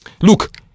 Look